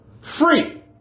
free